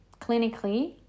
clinically